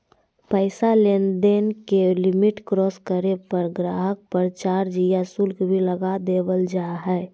पैसा लेनदेन के लिमिट क्रास करे पर गाहक़ पर चार्ज या शुल्क भी लगा देवल जा हय